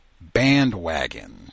bandwagon